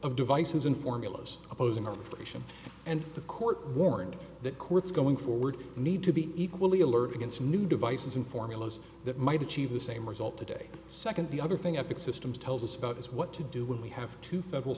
of devices and formulas opposing the nation and the court warned that courts going forward need to be equally alert against new devices and formulas that might achieve the same result today second the other thing up at systems tells us about what to do when we have to federal